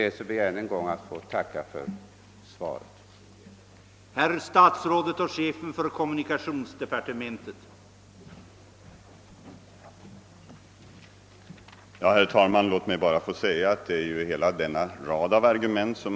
Jag ber att än en gång få tacka för svaret.